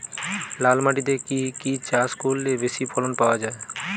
লাল মাটিতে কি কি চাষ করলে বেশি ফলন পাওয়া যায়?